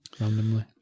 randomly